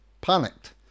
panicked